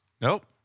Nope